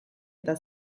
eta